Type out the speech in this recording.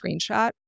screenshot